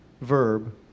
verb